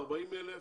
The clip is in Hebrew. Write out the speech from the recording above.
טופל ה-40,000,